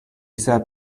sat